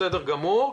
בסדר גמור.